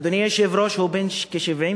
אדוני היושב-ראש, הוא בן כ-75,